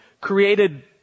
created